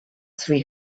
three